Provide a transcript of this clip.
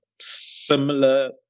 similar